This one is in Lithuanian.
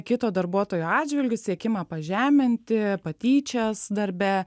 kito darbuotojo atžvilgiu siekimą pažeminti patyčias darbe